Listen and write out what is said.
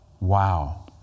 Wow